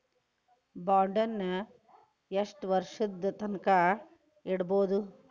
ಬಾಂಡನ್ನ ಯೆಷ್ಟ್ ವರ್ಷದ್ ತನ್ಕಾ ಇಡ್ಬೊದು?